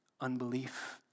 unbelief